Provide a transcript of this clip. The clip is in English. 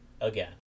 again